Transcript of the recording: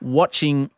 watching